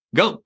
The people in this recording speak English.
go